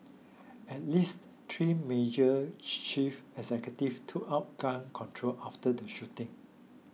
at least three major chief executive took up gun control after the shooting